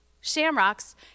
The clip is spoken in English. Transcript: shamrocks